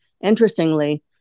Interestingly